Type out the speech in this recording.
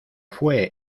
fue